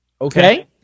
okay